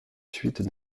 suites